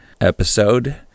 episode